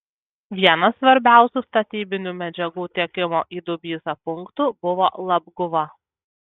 vienas svarbiausių statybinių medžiagų tiekimo į dubysą punktų buvo labguva